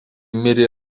mirė